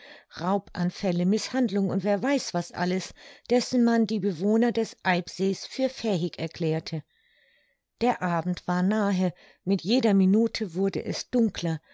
raubanfälle mißhandlung und wer weiß was alles dessen man die bewohner des eibsees für fähig erklärte der abend war nahe mit jeder minute wurde es dunkler